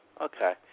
Okay